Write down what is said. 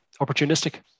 opportunistic